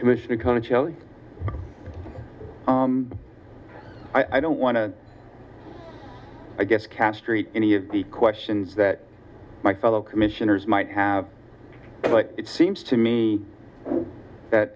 commissioner kind of i don't want to i guess castree any of the questions that my fellow commissioners might have but it seems to me that